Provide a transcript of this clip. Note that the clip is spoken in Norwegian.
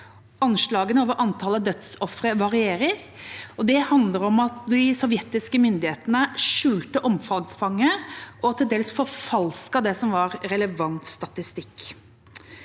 Anslagene over antallet dødsofre varierer. Det handler om at de sovjetiske myndighetene skjulte omfanget og til dels forfalsket det som var relevant statistikk.